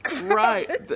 right